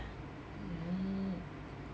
mm